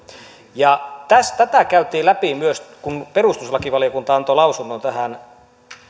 tätä käytiin läpi myös kun perustuslakivaliokunta antoi lausunnon tähän